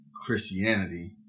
Christianity